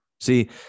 See